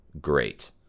great